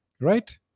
right